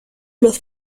los